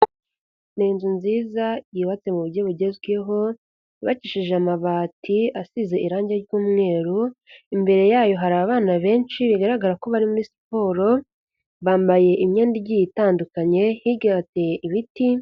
Ni inzu nziza yubatse mu buryo bugezweho, yubakishije amabati asize irangi ry'umweru, imbere yayo hari abana benshi bigaragara ko bari muri siporo, bambaye imyenda igiye itandukanye, hirya hateye ibiti.